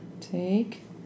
take